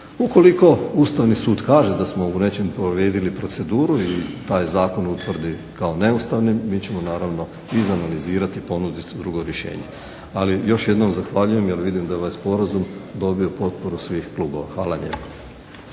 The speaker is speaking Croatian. ukoliko Ustavni sud kaže da smo u nečemu povrijedili proceduru ili taj zakon utvrdi kao neustavnim, mi ćemo naravno izanalizirati i ponuditi drugo rješenje. Ali još jednom zahvaljujem jer vidim da je ovaj sporazum dobio potporu svih klubova. Hvala lijepa.